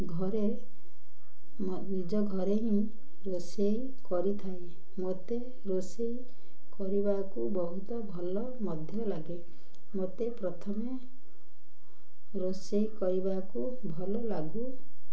ଘରେ ନିଜ ଘରେ ହିଁ ରୋଷେଇ କରିଥାଏ ମୋତେ ରୋଷେଇ କରିବାକୁ ବହୁତ ଭଲ ମଧ୍ୟ ଲାଗେ ମୋତେ ପ୍ରଥମେ ରୋଷେଇ କରିବାକୁ ଭଲ ଲାଗୁ